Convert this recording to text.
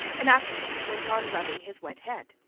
and afterwards went on rubbing his wet head.